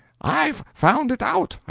i've found it out.